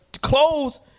clothes